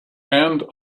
and